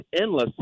endless